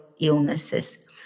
illnesses